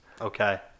okay